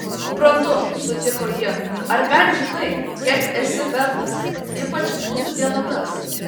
suprantu sutiko ji ar bent žinai kiek esi vertas ypač mūsų dienomis